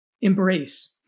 embrace